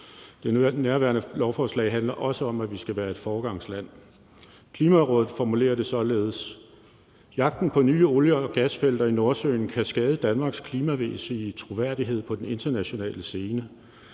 Nærværende lovforslag handler også om, at vi skal være et foregangsland. Klimarådet formulerer det således: »Jagten på nye olie- og gasfelter i Nordsøen kan skade Danmarks klimamæssige troværdighed på den internationale scene.